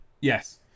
Yes